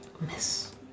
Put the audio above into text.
Miss